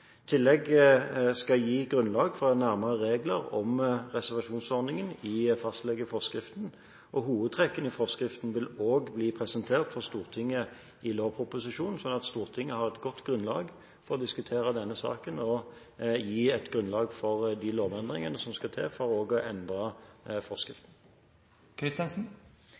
skal gi grunnlag for nærmere regler om reservasjonsordningen i fastlegeforskriften. Hovedtrekkene i forskriften vil også bli presentert for Stortinget i lovproposisjonen, sånn at Stortinget har et godt grunnlag for å diskutere denne saken og gi et grunnlag for de lovendringene som skal til for også å endre